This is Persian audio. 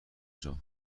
جان